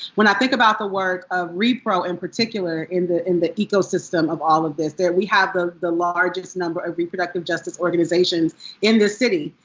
when i think about the work of repro in particular, in the in the ecosystem of all of this, we have the the largest number of reproductive justice organizations in this city.